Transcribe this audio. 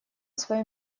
свое